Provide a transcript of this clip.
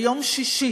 ביום שישי